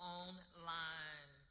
online